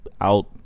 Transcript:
out